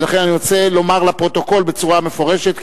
ולכן אני רוצה לומר לפרוטוקול בצורה מפורשת,